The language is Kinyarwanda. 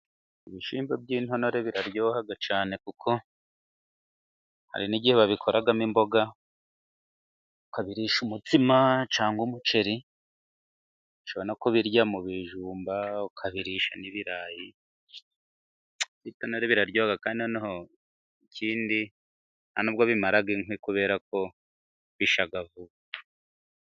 Ibishimbo by'intonore biraryoha cyane, kuko hari n'igihe babikoramo imboga ukabirisha umutsima cyangwa umuceri, ushobora no kubirya mu bijumba, ukabirisha n' ibirayi. Ibitonore biraryoha kandi noneho ikindi, ntibimara inkwi kubera ko bishya vuba.